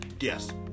Yes